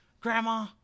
Grandma